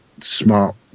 smart